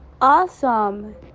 Awesome